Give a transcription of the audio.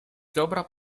dobra